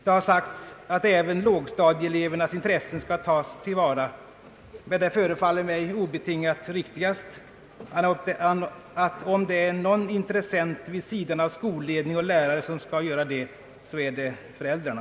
Det har sagts att även lågstadieelevernas intressen skall tas till vara. Det förefaller mig obetingat riktigast att om det är någon intressent vid sidan av skolledning och lärare som skall göra det så är det föräldrarna.